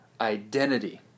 identity